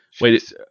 Wait